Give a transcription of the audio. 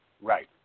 Right